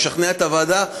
ישכנע את הוועדה,